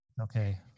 okay